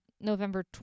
November